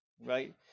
right